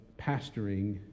pastoring